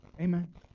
Amen